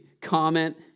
comment